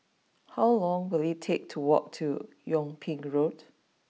how long will it take to walk to Yung Ping Road